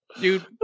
Dude